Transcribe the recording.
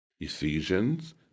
Ephesians